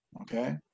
Okay